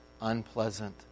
unpleasant